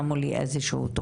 מה בדיוק נעשה,